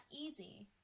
easy